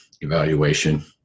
evaluation